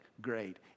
great